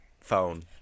phone